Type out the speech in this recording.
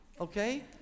okay